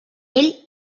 ell